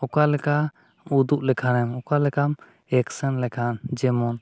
ᱚᱠᱟ ᱞᱮᱠᱟ ᱩᱫᱩᱜ ᱞᱮᱠᱷᱟᱱᱮᱢ ᱚᱠᱟ ᱞᱮᱠᱟᱢ ᱞᱮᱠᱷᱟᱱ ᱡᱮᱢᱚᱱ